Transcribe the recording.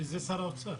שזה שר האוצר.